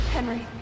Henry